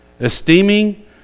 esteeming